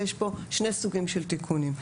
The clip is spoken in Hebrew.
יש פה שני סוגים של תיקונים.